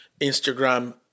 instagram